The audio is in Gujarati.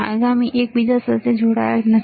આગામી એક બીજા સાથે જોડાયેલ નથી